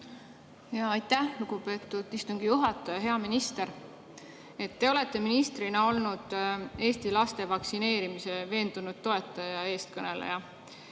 Aitäh, lugupeetud istungi juhataja! Hea minister! Te olete ministrina olnud Eesti laste vaktsineerimise veendunud toetaja ja eestkõneleja.